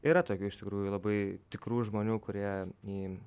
yra tokių iš tikrųjų labai tikrų žmonių kurie į